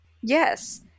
Yes